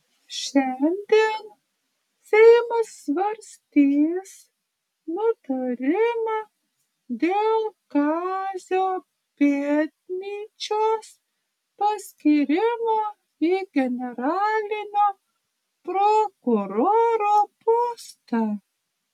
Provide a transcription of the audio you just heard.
šiandien seimas svarstys nutarimą dėl kazio pėdnyčios paskyrimo į generalinio prokuroro postą